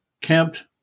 camped